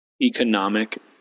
economic